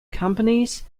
companies